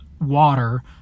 water